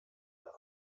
der